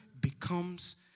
becomes